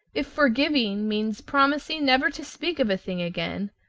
if forgiving means promising never to speak of a thing again,